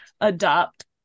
adopt